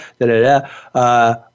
da-da-da